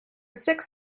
six